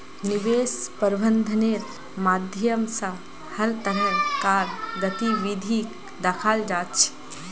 निवेश प्रबन्धनेर माध्यम स हर तरह कार गतिविधिक दखाल जा छ